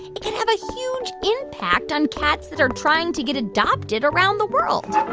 it could have a huge impact on cats that are trying to get adopted around the world